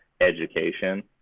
education